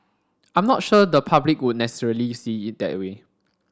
I'm not sure the public would necessarily see it that way